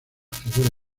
figura